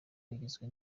ugizwe